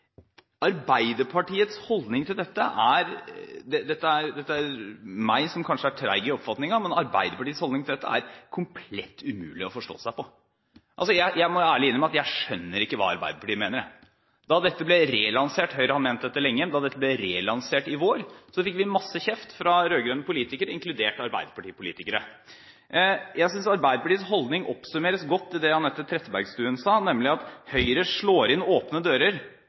Arbeiderpartiets holdning til dette – det er kanskje jeg som er treg i oppfatningen – er komplett umulig å forstå seg på. Jeg må ærlig innrømme at jeg ikke skjønner hva Arbeiderpartiet mener. Da dette ble relansert i vår – Høyre har ment dette lenge – fikk vi masse kjeft fra rød-grønne politikere, inkludert arbeiderpartipolitikere. Jeg synes Arbeiderpartiets holdning oppsummeres godt i det representanten Anette Trettebergstuen sa, nemlig at Høyre «slår inn åpne dører,